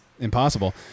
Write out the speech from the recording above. Impossible